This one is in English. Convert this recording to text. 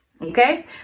okay